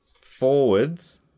forwards